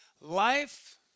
Life